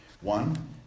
One